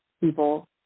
people